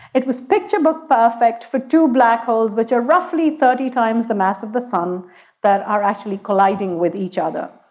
it was picture-book perfect for two black holes, which are roughly thirty times the mass of the sun that are actually colliding with each other.